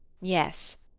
yes,